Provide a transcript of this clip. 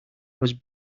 was